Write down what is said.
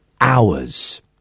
hours